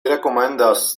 rekomendas